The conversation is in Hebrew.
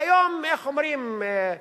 היום, איך אומרים,